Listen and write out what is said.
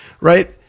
right